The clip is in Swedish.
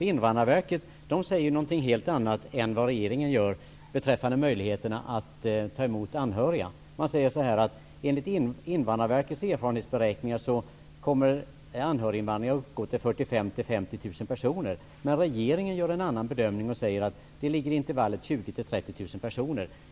Invandrarverket säger något helt annat än vad regeringen gör beträffande möjligheterna att ta emot anhöriga. Enligt Invandrarverkets erfarenheter kommer anhöriginvandringen att uppgå till 45 000--50 000 personer. Men regeringen gör bedömningen att intervallet är 20 000--30 000 personer.